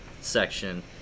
section